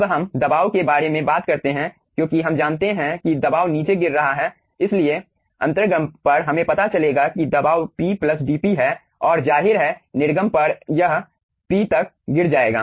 अब हम दबाव के बारे में बात करते हैं क्योंकि हम जानते हैं कि दबाव नीचे गिर रहा है इसलिए अंतर्गम पर हमें पता चलेगा कि दबाव P dp है और जाहिर है निर्गम पर यह P तक गिर जाएगा